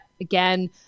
again